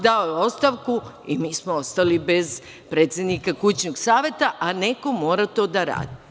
Dao je ostavku i mi smo ostali bez predsednika kućnog saveta, a neko mora to da radi.